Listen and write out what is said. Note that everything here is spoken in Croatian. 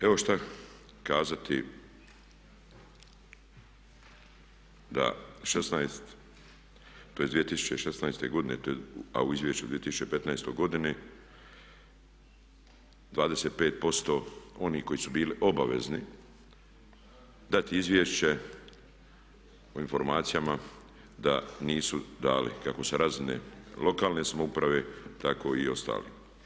Evo šta kazati da 2016. godine, a u izvješću u 2015. godini 25% onih koji su bili obavezni dati izvješće o informacijama da nisu dali kako sa razine lokalne samouprave tako i ostali.